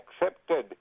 accepted